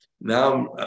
Now